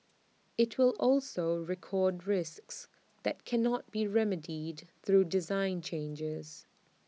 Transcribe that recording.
IT will also record risks that cannot be remedied through design changes